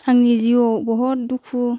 आंनि जिउ बहुद दुखु